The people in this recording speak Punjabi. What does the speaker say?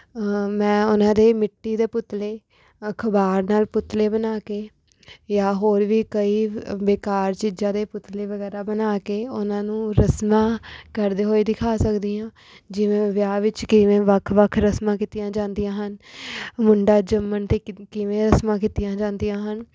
ਮੈਂ ਉਹਨਾਂ ਦੇ ਮਿੱਟੀ ਦੇ ਪੁਤਲੇ ਅਖਬਾਰ ਨਾਲ ਪੁਤਲੇ ਬਣਾ ਕੇ ਜਾਂ ਹੋਰ ਵੀ ਕਈ ਅ ਬੇਕਾਰ ਚੀਜ਼ਾਂ ਦੇ ਪੁਤਲੇ ਵਗੈਰਾ ਬਣਾ ਕੇ ਉਹਨਾਂ ਨੂੰ ਰਸਮਾਂ ਕਰਦੇ ਹੋਏ ਦਿਖਾ ਸਕਦੀ ਹਾਂ ਜਿਵੇਂ ਵਿਆਹ ਵਿੱਚ ਕਿਵੇਂ ਵੱਖ ਵੱਖ ਰਸਮਾਂ ਕੀਤੀਆਂ ਜਾਂਦੀਆਂ ਹਨ ਮੁੰਡਾ ਜੰਮਣ 'ਤੇ ਕਿਦ ਕਿਵੇਂ ਰਸਮਾਂ ਕੀਤੀਆਂ ਜਾਂਦੀਆਂ ਹਨ